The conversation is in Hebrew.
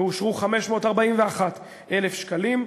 ואושרו 541,000 שקלים.